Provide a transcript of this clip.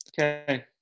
Okay